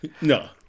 No